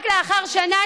רק לאחר שנה,